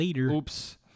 Oops